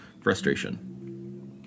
frustration